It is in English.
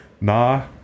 Nah